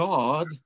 God